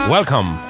Welcome